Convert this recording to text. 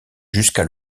jusqu’à